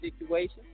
situation